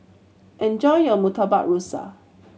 enjoy your Murtabak Rusa